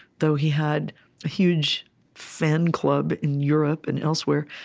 though he had a huge fan club in europe and elsewhere.